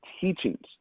teachings